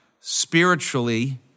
spiritually